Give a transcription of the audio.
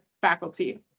faculty